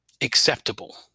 acceptable